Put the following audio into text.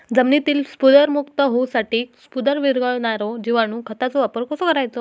जमिनीतील स्फुदरमुक्त होऊसाठीक स्फुदर वीरघळनारो जिवाणू खताचो वापर कसो करायचो?